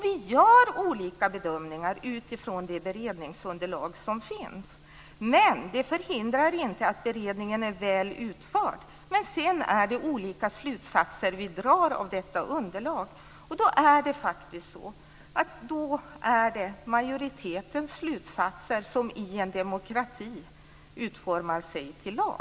Vi gör olika bedömningar utifrån det beredningsunderlag som finns, men det förhindrar inte att beredningen är väl utförd. Sedan drar vi olika slutsatser av detta underlag, och då är det faktiskt så att det är majoritetens slutsatser som i en demokrati utformas till lag.